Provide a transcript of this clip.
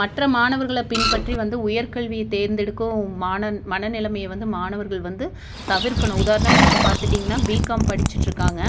மற்ற மாணவர்களை பின்பற்றி வந்து உயர்கல்வியை தேர்ந்தெடுக்கும் மாணவன் மனநிலமைய வந்து மாணவர்கள் வந்து தவிர்க்கணும் உதாரணமாக இப்போ பார்த்திட்டிங்கனா பிகாம் படிச்சுட்ருக்காங்க